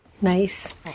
Nice